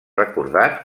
recordat